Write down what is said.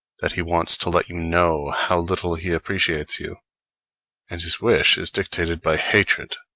that he wants to let you know how little he appreciates you and his wish is dictated by hatred,